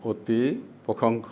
অতি